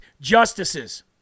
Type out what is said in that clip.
justices